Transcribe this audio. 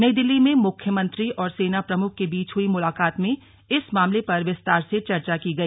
नई दिल्ली में मुख्यमंत्री और सेना प्रमुख के बीच हुई मुलाकात में इस मामले पर विस्तार से चर्चा की गई